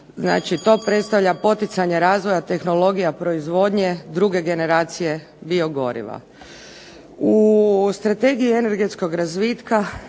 Znači, to predstavlja poticanje razvoja tehnologija proizvodnje druge generacije biogoriva. U strategiji energetskog razvitka